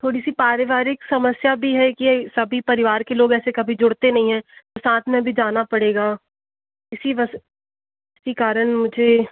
थोड़ी सी पारिवारिक समस्या भी है कि ये सभी परिवार के लोग ऐसे कभी जुड़ते नहीं हैं तो साथ में भी जाना पड़ेगा इसी बस इसी कारण मुझे